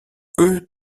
eux